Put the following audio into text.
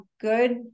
good